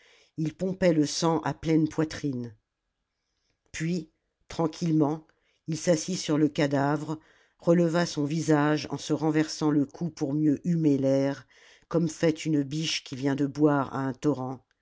il pompait le sang à pleine poitrine puis tranquillement il s'assit sur le cadavre releva son visage en se renversant le cou pour mieux humer l'air comme fait une biche qui vient de boire à un torrent